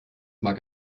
mag